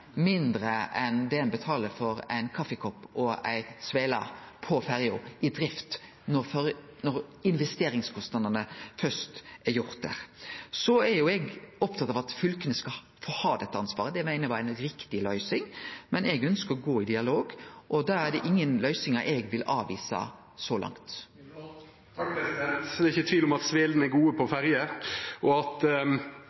mindre enn det ein betaler for ein kaffikopp og ei svele på ferja i drift, når investeringskostnadene først er tekne. Eg er opptatt av at fylka skal ha dette ansvaret, det meiner eg var ei rett løysing. Men eg ønskjer å gå i dialog, og da er det ingen løysingar eg vil avvise så langt. Det er ikkje tvil om at svelene er gode på